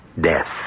death